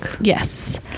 yes